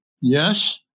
yes